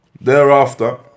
Thereafter